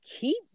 keep